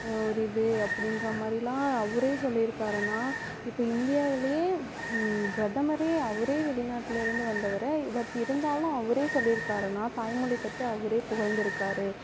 ஒரு இது அப்படின்ற மாதிரிலாம் அவுரே சொல்லியிருக்காருனா இப்போ இந்தியாவிலையே பிரதமரே அவரே வெளிநாட்டிலருந்து வந்தவர் பட் இருந்தாலும் அவரே சொல்லியிருக்காருனா தாய்மொழி பற்றி அவரே புகழ்ந்திருக்காரு